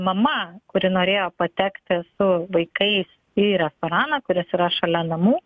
mama kuri norėjo patekti su vaikais į restoraną kuris yra šalia namų